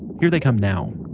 here they come now